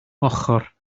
ochr